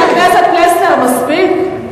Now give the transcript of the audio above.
חבר הכנסת פלסנר, מספיק.